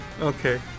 Okay